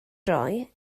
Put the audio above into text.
droi